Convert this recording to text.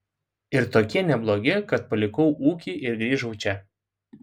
ir tokie neblogi kad palikau ūkį ir grįžau čia